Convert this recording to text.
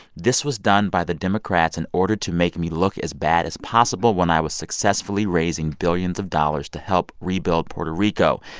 this was done by the democrats in order to make me look as bad as possible when i was successfully raising billions of dollars to help rebuild puerto rico.